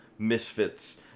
Misfits